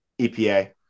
EPA